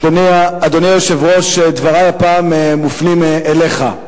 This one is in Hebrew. אדוני היושב-ראש, דברי הפעם מופנים אליך.